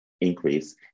increase